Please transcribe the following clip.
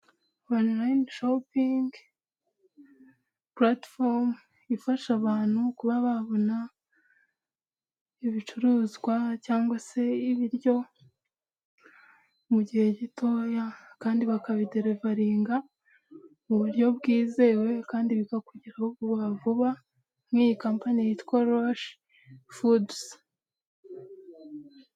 Onurayini shopingi, puratifomu ifasha abantu kuba babona ibicuruzwa cyangwa se ibiryo mu gihe gitoya, kandi bakabiterivaga mu buryo bwizewe kandi bikakugiraho vuba vuba, nk'iyi kampani yitwa roshi fuduzi